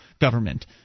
government